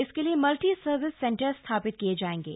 इसके लिए multi service centre स्थापित किए जाएंगे